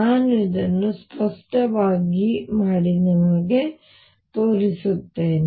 ನಾನು ಇದನ್ನು ಸ್ಪಷ್ಟವಾಗಿ ಮಾಡಿ ನಿಮಗೆ ತೋರಿಸುತ್ತೇನೆ